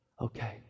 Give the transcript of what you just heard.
Okay